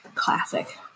classic